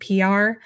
PR